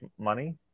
money